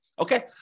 Okay